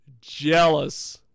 Jealous